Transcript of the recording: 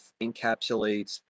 encapsulates